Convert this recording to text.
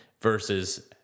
versus